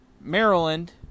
Maryland